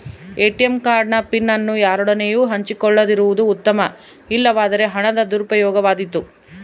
ATM card ನ PIN ಅನ್ನು ಯಾರೊಡನೆಯೂ ಹಂಚಿಕೊಳ್ಳದಿರುವುದು ಉತ್ತಮ, ಇಲ್ಲವಾದರೆ ಹಣದ ದುರುಪಯೋಗವಾದೀತು